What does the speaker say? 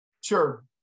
Sure